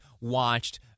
Watched